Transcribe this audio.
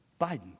Biden